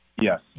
Yes